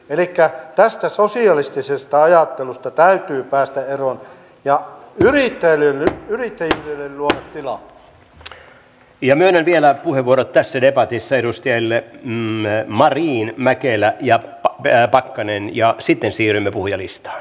onko tässä osana myös mukana tämä että meillä on nyt kohdennettu yksityisten työnvälityspalvelujen lisäämiseen varoja samoin kuin te toimistoihin koetetaanko tässä yksityisten työvoimapalvelujen kautta saada lisää kohtaantoa tähän